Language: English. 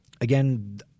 Again